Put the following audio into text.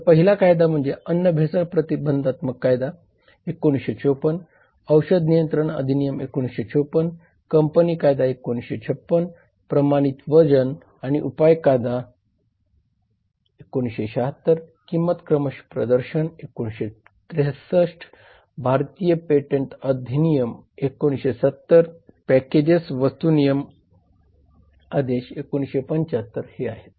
तर पहिला कायदा म्हणजे अन्न भेसळ प्रतिबंध कायदा 1954 औषध नियंत्रण अधिनियम 1954 कंपनी कायदा 1956 प्रमाणित वजन आणि उपाय कायदा 1976 किंमत क्रम प्रदर्शन 1963 भारतीय पेटंट अधिनियम 1970 पॅकेजेस वस्तू नियमन आदेश 1975 हे आहेत